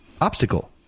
obstacle